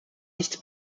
nichts